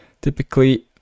Typically